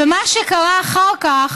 ומה שקרה אחר כך